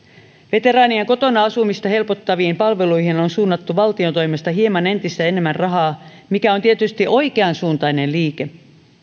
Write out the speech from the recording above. veteraanien kotona asumista helpottaviin palveluihin on suunnattu valtion toimesta hieman entistä enemmän rahaa mikä on tietysti oikeansuuntainen liike